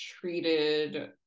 treated